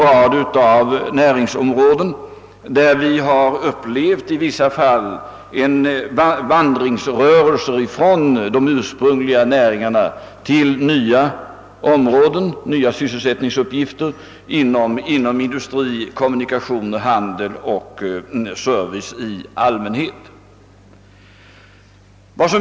På en rad näringsområden har vi upplevt en vandringsrörelse från de ursprungliga näringarna till nya sysselsättningsuppgifter inom industri, kommunikation, handel och service i allmänhet.